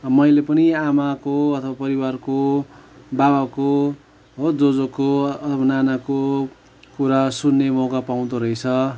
मैले पनि आमाको अथवा परिवारको बाबाको हो जोजोको अथवा नानाको कुरा सुन्ने मौका पाउँदो रहेछ